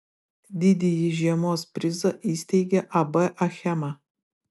didįjį žiemos prizą įsteigė ab achema